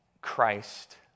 Christ